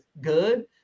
good